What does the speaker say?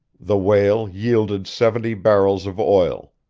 the whale yielded seventy barrels of oil.